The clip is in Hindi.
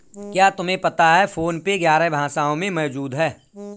क्या तुम्हें पता है फोन पे ग्यारह भाषाओं में मौजूद है?